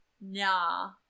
Nah